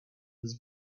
has